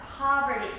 poverty